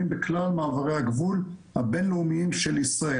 בכלל מעברי הגבול הבין-לאומיים של ישראל.